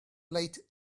late